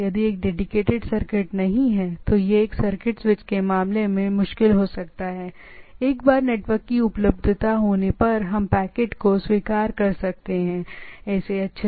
यदि circuit switch के मामले में यह मुश्किल हो सकता है यदि नेटवर्क नहीं है तो यह मूल रूप से एक डेडीकेटेड सर्किट है जिन चीजों पर हम कुछ भी नहीं कर सकते हैं